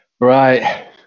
Right